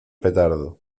petardo